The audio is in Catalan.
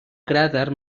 cràter